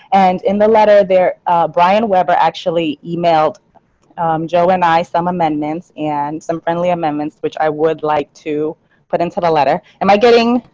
and in the letter there brian weber actually emailed joe and i some amendments and some friendly amendments which i would like to put into the letter. am i getting.